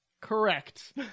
Correct